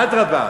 אדרבה,